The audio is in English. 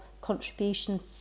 contributions